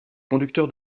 conducteur